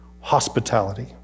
hospitality